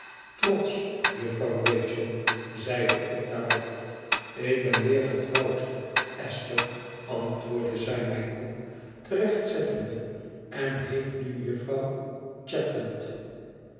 trotsch jufvrouw rachel zeide ik daarop ik ben weer getrouwd esther antwoordde zij mij koelte recht zettende en heet nu jufvrouw chadband